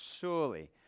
surely